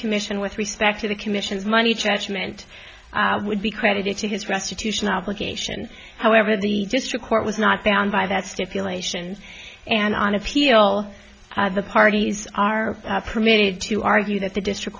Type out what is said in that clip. commission with respect to the commission's money church meant would be credited to his restitution obligation however the district court was not bound by that stipulation and on appeal the parties are permitted to argue that the district